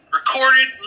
recorded